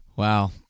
Wow